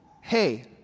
Hey